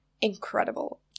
incredible